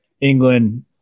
England